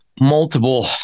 multiple